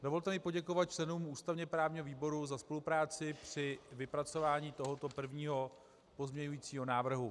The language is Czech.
Dovolte mi poděkovat členům ústavněprávního výboru za spolupráci při vypracování tohoto prvního pozměňujícího návrhu.